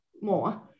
more